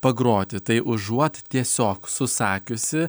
pagroti tai užuot tiesiog susakiusi